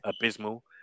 abysmal